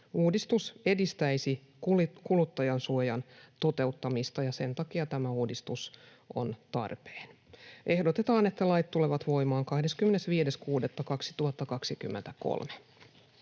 Uudistus edistäisi kuluttajansuojan toteuttamista, ja sen takia tämä uudistus on tarpeen. Ehdotetaan, että lait tulevat voimaan 25.6.2023.